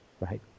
right